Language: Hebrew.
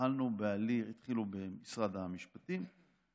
התחלנו במשרד המשפטים,